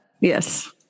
Yes